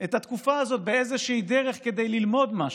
את התקופה הזאת באיזושהי דרך כדי ללמוד משהו.